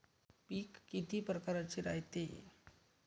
पिकं किती परकारचे रायते?